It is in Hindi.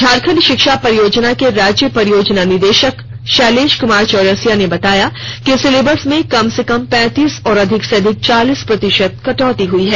झारखंड शिक्षा परियोजना के राज्य परियोजना निदेशक शैलेश कुमार चौरसिया ने बताया कि सिलेबस में कम से कम पैंती और अधिक से अधिक चालीस प्रतिशत कटौती हुई है